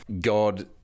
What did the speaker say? God